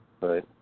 Right